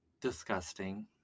disgusting